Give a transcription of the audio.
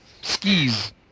skis